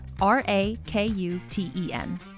R-A-K-U-T-E-N